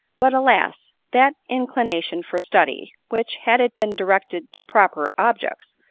but, alas! that inclination for study, which, had it been directed to proper objects,